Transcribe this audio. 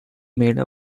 made